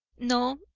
no,